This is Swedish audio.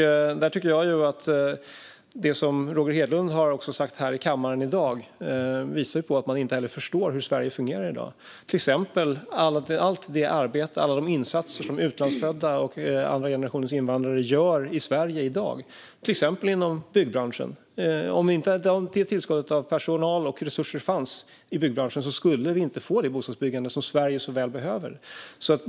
Jag tycker att det som Roger Hedlund har sagt här i kammaren i dag visar att man heller inte förstår hur Sverige fungerar i dag. Det gäller till exempel allt arbete och alla insatser som utlandsfödda och andra generationens invandrare gör i Sverige i dag, exempelvis inom byggbranschen. Om detta tillskott av personal och resurser inte fanns i byggbranschen skulle vi inte få det bostadsbyggande som Sverige så väl behöver.